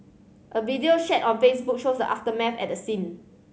a video shared on Facebook shows the aftermath at the scene